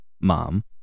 mom